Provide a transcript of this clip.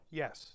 yes